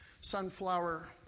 sunflower